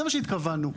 לזה התכוונו.